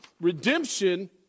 redemption